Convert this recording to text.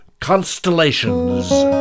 Constellations